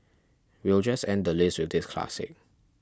we'll just end the list with this classic